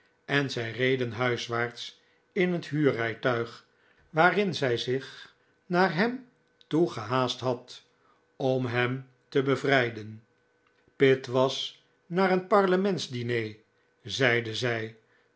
en zij reden huiswaarts in het huurrijtuig waarin zij zich naar hem toe gehaast had om hem te bevrijden pitt was naar een parlementsdiner zeide zij